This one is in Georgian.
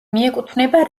მიეკუთვნება